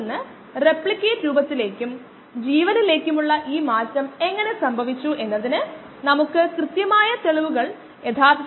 അതിനാൽ സാന്ദ്രത അടിസ്ഥാനമാക്കിയുള്ള ഒരു നിരക്കിൽ നിന്ന് മാസ്സ് ഉള്ള ഒരു നിരക്ക് ലഭിക്കാൻ നമ്മൾ സാന്ദ്രത അടിസ്ഥാനമാക്കിയുള്ള നിരയെ വോളിയം കൊണ്ട് ഗുണിക്കേണ്ടതുണ്ട്